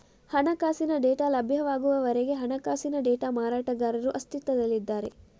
ಹಣಕಾಸಿನ ಡೇಟಾ ಲಭ್ಯವಾಗುವವರೆಗೆ ಹಣಕಾಸಿನ ಡೇಟಾ ಮಾರಾಟಗಾರರು ಅಸ್ತಿತ್ವದಲ್ಲಿದ್ದಾರೆ